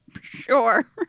sure